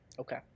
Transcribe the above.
okay